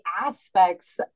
aspects